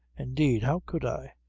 indeed how could i!